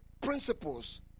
principles